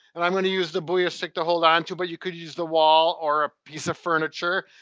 and i'm going to use the booyah stik to hold onto, but you could use the wall or a piece of furniture.